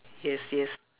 yes yes